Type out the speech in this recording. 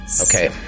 Okay